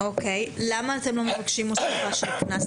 למה אתם לא מבקשים הוספה של קנס?